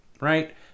Right